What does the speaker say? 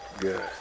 Good